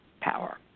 power